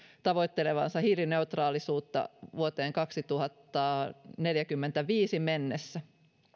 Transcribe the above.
tavoittelevansa hiilineutraalisuutta vuoteen kaksituhattaneljäkymmentäviisi mennessä